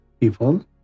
people